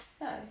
No